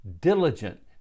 diligent